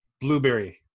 blueberry